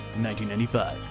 1995